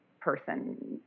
person